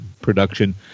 production